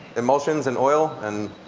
emulsions and oil and